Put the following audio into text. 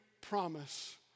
promise